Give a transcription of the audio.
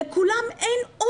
אין לכולם אוטו.